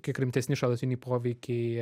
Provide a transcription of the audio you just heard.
kiek rimtesni šalutiniai poveikiai